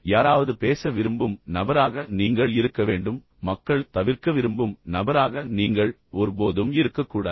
யாராவது பேச விரும்பும் நபராக நீங்கள் இருக்க வேண்டும் மக்கள் தவிர்க்க விரும்பும் நபராக நீங்கள் ஒருபோதும் இருக்கக்கூடாது